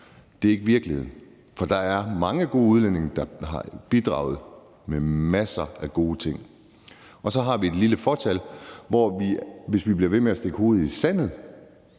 Det er ikke virkeligheden. Der er mange gode udlændinge, der har bidraget med masser af gode ting, og så har vi et lille fåtal, som, hvis vi bliver ved med at stikke hovedet i sandet,